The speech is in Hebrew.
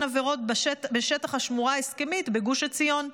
עבירות בשטח השמורה ההסכמית בגוש עציון.